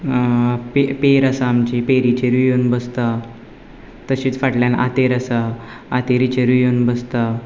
पेर आसा आमची पेरीचेर येवन बसता तशीच फाटल्यान आंतेर आसा आंतेरीचेरूय येवन बसता